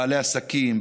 בעלי עסקים,